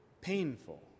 painful